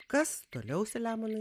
kas toliau saliamonui